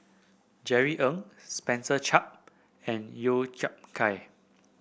Jerry Ng Spencer Chapman and Chiap Khai